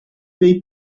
dei